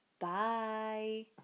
bye